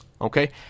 Okay